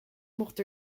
mocht